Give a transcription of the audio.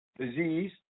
disease